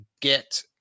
get